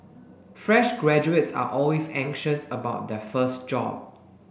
fresh graduates are always anxious about their first job